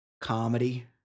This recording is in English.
comedy